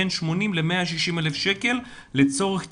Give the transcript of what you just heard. בין 80,000-160,000 שקל לצורך תקשוב.